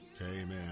Amen